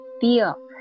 feel